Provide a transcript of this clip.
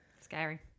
scary